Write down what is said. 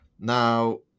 now